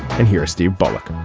and hear steve bullock